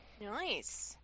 Nice